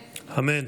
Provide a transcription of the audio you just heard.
אמן.